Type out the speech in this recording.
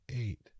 eight